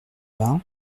vingts